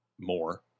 more